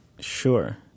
Sure